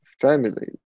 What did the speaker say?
families